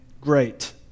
great